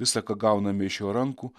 visa ką gauname iš jo rankų